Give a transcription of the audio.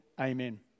Amen